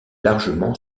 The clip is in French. largement